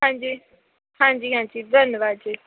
ਹਾਂਜੀ ਹਾਂਜੀ ਹਾਂਜੀ ਧੰਨਵਾਦ ਜੀ